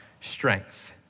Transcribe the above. strength